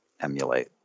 emulate